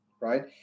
right